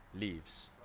leaves